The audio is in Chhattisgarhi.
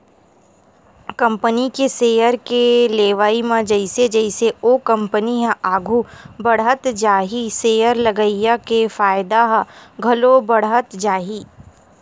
कंपनी के सेयर के लेवई म जइसे जइसे ओ कंपनी ह आघू बड़हत जाही सेयर लगइया के फायदा ह घलो बड़हत जाही